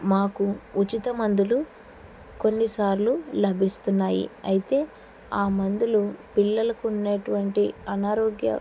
మాకు ఉచిత మందులు కొన్నిసార్లు లభిస్తున్నాయి అయితే ఆ మందులు పిల్లలకు ఉన్నటువంటి అనారోగ్య